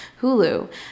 Hulu